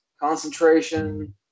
concentration